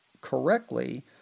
correctly